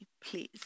please